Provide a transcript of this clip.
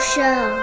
Show